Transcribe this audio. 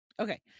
Okay